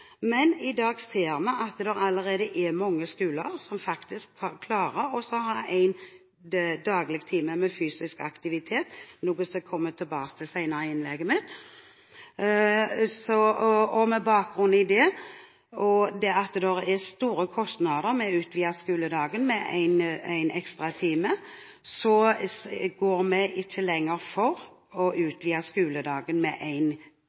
Men i dag ser vi at det allerede er mange skoler som faktisk klarer å ha en time daglig med fysisk aktivitet, noe jeg skal komme tilbake til senere i innlegget mitt. Med bakgrunn i det og det at det er store kostnader ved å utvide skoledagen med en ekstra time, er vi ikke lenger for å utvide skoledagen med